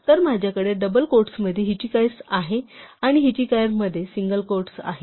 तर माझ्याकडे डबल क्वोट्स्समध्ये हिचहाइकर आहे आणि हिचहाइकरमध्ये सिंगल क्वोट्स आहे